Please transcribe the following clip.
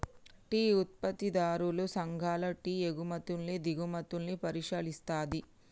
tea ఉత్పత్తిదారుల సంఘాలు tea ఎగుమతుల్ని దిగుమతుల్ని పరిశీలిస్తది